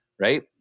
Right